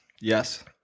Yes